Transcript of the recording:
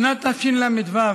בשנת תשל"ו,